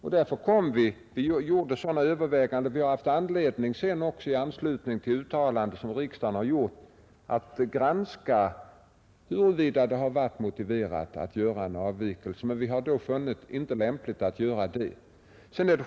Sedan dessa överväganden ägt rum har vi i anslutning till uttalanden som riksdagen gjort haft anledning att granska huruvida det har varit motiverat med en avvikelse, men vi har inte funnit det lämpligt att göra någon sådan.